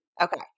Okay